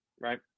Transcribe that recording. right